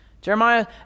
Jeremiah